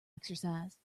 exercise